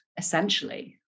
Essentially